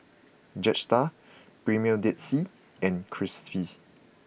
Jetstar Premier Dead Sea and Friskies